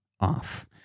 off